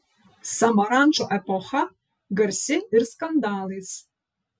samarančo epocha garsi ir skandalais